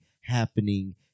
happening